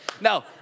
No